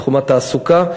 בתחום התעסוקה,